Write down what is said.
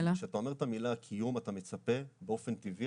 כיוון שכשאתה אומר את המילה "קיום" אתה מצפה באופן טבעי,